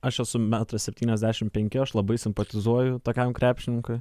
aš esu metras septyniasdešimt penki aš labai simpatizuoju tokiam krepšininkui